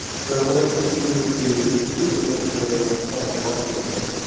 so what i can just do is immediately enter in a console log statement.